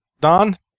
Don